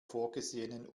vorgesehenen